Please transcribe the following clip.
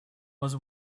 was